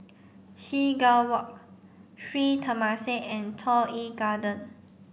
Seagull Walk Sri Temasek and Toh Yi Garden